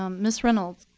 um miss reynolds.